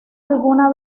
alguna